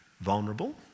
vulnerable